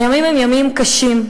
הימים הם ימים קשים.